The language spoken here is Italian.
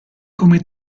come